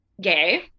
gay